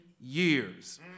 years